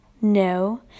no